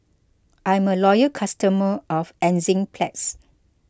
I'm a loyal customer of Enzyplex